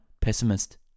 pessimist